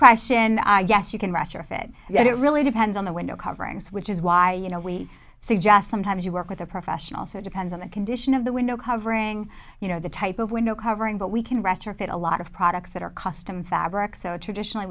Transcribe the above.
question i guess you can retrofit that it really depends on the window coverings which is why you know we suggest sometimes you work with a professional so it depends on the condition of the window covering you know the type of window covering but we can retrofit a lot of products that are custom fabric so traditionally